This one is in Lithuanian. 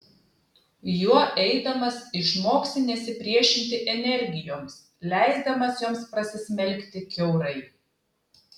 juo eidamas išmoksi nesipriešinti energijoms leisdamas joms prasismelkti kiaurai